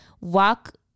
walk